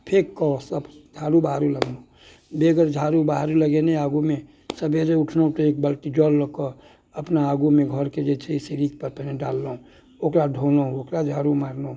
आ फेक कऽ सब झाड़ू बहारू लगेलहुँ बेगर झाड़ू बहारू लगेने आगूमे सबेरे उठलहुँ तऽ एक बाल्टी जल लऽ के अपना आगूमे घर के जे छै से सीढ़ी पर जे छै से पहिने ढारलहुँ ओकरा धोलहुँ ओकरा झाड़ू मारलहुँ